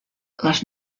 les